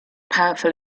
powerful